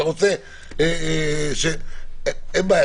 אין בעיה,